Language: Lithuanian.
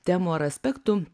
temų ar aspektų